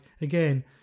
again